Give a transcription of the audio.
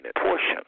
portion